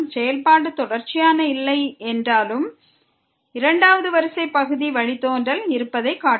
செயல்பாடு தொடர்ச்சியான இல்லை என்றாலும் இரண்டாவது வரிசை பகுதி வழித்தோன்றல் இருப்பதை இது காட்டுகிறது